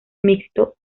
mixto